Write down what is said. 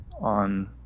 on